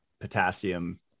potassium